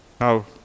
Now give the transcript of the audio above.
Now